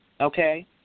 okay